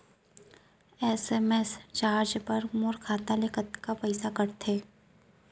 SMS charge बर मोर खाता ले कतका पइसा कटथे?